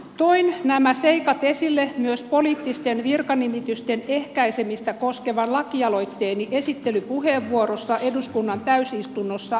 toin nämä seikat esille myös poliittisten virkanimitysten ehkäisemistä koskevan lakialoitteeni esittelypuheenvuorossa eduskunnan täysistunnossa vuosi sitten